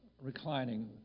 reclining